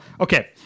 okay